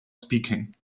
speaking